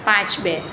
પાંચ બે